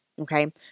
Okay